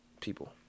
people